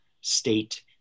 state